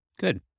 Good